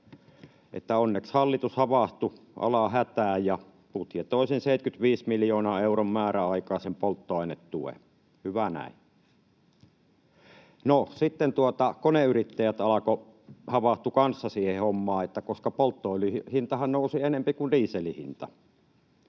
Onneksi hallitus havahtui alan hätään ja budjetoi 75 miljoonan euron määräaikaisen polttoainetuen — hyvä näin. No, sitten koneyrittäjät havahtuivat kanssa siihen hommaan, koska polttoöljyn hintahan nousi enempi kuin dieselin hinta,